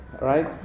right